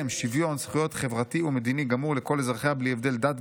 שוויון זכויות חברתי ומדיני גמור לכל אזרחיה בלי הבדל דת,